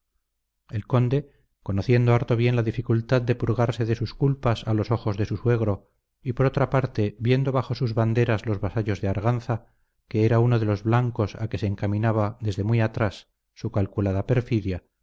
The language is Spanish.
el conde conociendo harto bien la dificultad de purgarse de sus culpas a los ojos de su suegro y por otra parte viendo bajo sus banderas los vasallos de arganza que era uno de los blancos a que se encaminaba desde muy atrás su calculada perfidia